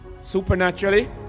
supernaturally